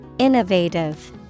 Innovative